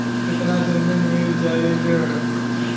कितना दिन में मील जाई ऋण?